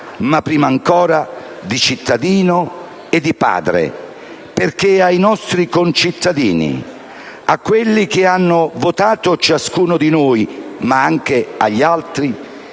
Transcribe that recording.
ma prima ancora di cittadino e di padre, perché è ai nostri concittadini, a quelli che hanno votato ciascuno di noi, ma anche agli altri,